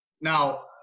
now